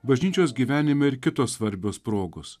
bažnyčios gyvenime ir kitos svarbios progos